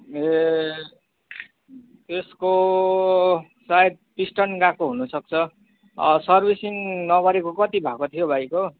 ए त्यसको सायद पिस्टन गएको हुनु सक्छ सर्भिसिङ नगरेको कति भएको थियो भाइको